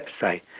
website